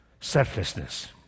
selflessness